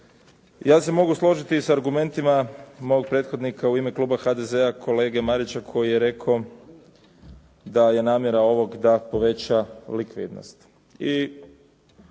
Ja se mogu složiti s argumentima mog prethodnika u ima kluba HDZ-a koji je rekao da je namjera ovog da poveća likvidnost